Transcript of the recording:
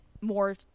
more